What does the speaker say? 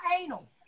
anal